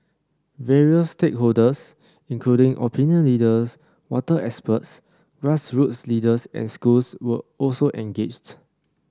various stakeholders including opinion leaders water experts grassroots leaders and schools were also engaged